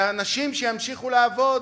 והאנשים שימשיכו לעבוד,